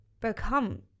become